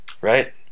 right